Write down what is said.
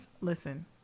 Listen